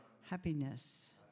happiness